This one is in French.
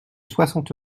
soixante